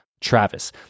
Travis